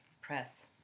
press